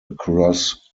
across